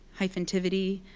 hyphen, tivity.